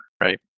right